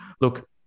look